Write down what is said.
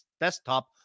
desktop